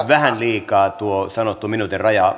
vähän liikaa tuo sanottu minuutin raja